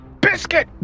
Biscuit